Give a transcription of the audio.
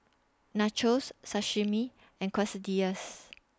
Nachos Sashimi and Quesadillas